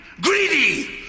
greedy